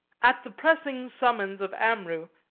at the pressing summons of amrou,